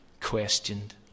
questioned